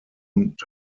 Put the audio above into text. und